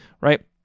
right